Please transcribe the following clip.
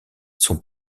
son